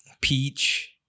peach